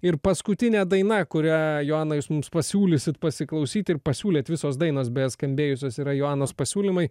ir paskutinė daina kurią joana mums pasiūlysit pasiklausyt ir pasiūlėt visos dainos beje skambėjusios yra joanos pasiūlymai